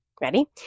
Ready